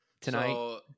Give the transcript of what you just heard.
tonight